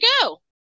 go